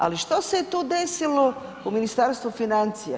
Ali što se je tu desilo u Ministarstvu financija?